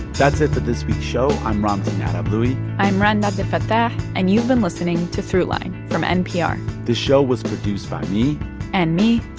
that's it for this week's show. i'm ramtin yeah arablouei i'm rund abdelfatah. and you've been listening to throughline from npr this show was produced by me and me.